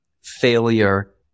failure